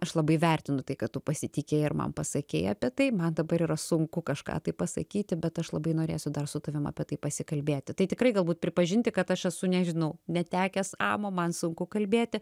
aš labai vertinu tai kad tu pasitikėjai ir man pasakei apie tai man dabar yra sunku kažką tai pasakyti bet aš labai norėsiu dar su tavim apie tai pasikalbėti tai tikrai galbūt pripažinti kad aš esu nežinau netekęs amo man sunku kalbėti